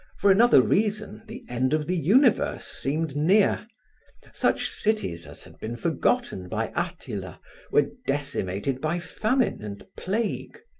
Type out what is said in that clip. for another reason, the end of the universe seemed near such cities as had been forgotten by attila were decimated by famine and plague.